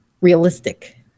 realistic